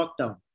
lockdown